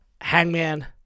Hangman